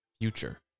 future